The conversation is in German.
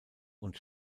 und